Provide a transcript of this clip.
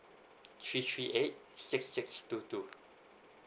three three eight six six two two